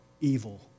evil